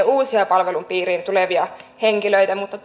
uusia palvelun piiriin tulevia henkilöitä mutta